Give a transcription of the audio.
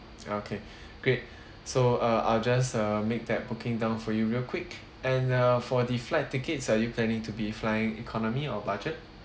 okay great so uh I'll just uh make that booking down for you real quick and uh for the flight tickets are you planning to be flying economy or budget